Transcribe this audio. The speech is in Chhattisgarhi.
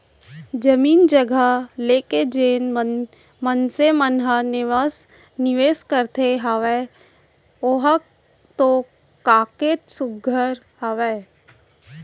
जमीन जघा लेके जेन मनसे मन ह निवेस करत हावय ओहा तो काहेच सुग्घर हावय